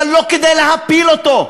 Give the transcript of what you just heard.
אבל לא כדי להפיל אותו,